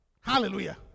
Hallelujah